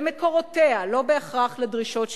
למקורותיה, לא בהכרח לדרישות שהוצגו.